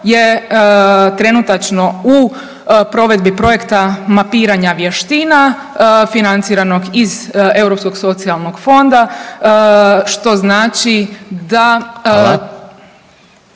je trenutačno u provedbi projekta mapiranja vještina financiranog iz Europskog socijalnog fonda što znači da